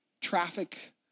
traffic